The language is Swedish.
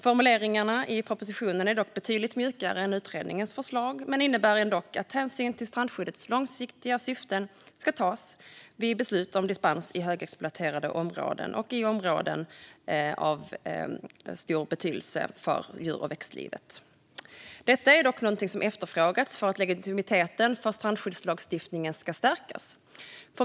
Formuleringarna i propositionen är dock betydligt mjukare än utredningens förslag, men de innebär ändock att hänsyn till strandskyddets långsiktiga syften ska tas vid beslut om dispens i högexploaterade områden och i områden av stor betydelse för djur och växtliv. Detta är något som har efterfrågats för att legitimiteten för strandskyddslagstiftningen ska stärkas.